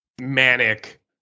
manic